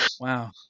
wow